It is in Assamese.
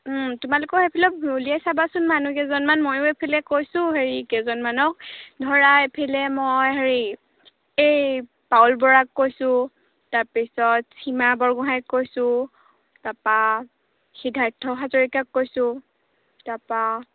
তোমালোকৰ সেইফালে উলিয়াই চাবাচোন মানুহ কেইজনমান মইয়ো এইফালে কৈছোঁ হেৰি কেইজনমানক ধৰা এইফালে মই হেৰি এই পাউল বৰাক কৈছোঁ তাৰপিছত সীমা বৰগোঁহাঁইক কৈছোঁ তাৰপৰা সিদ্ধাৰ্থ হাজৰিকাক কৈছোঁ তাৰপৰা